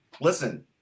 listen –